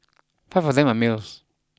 five of them are males